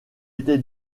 était